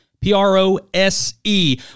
P-R-O-S-E